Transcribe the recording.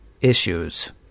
issues